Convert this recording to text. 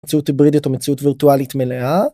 מציאות היברידית או מציאות וירטואלית מלאה.